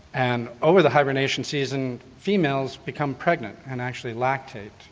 and over the hibernation season females become pregnant and actually lactate,